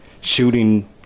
shooting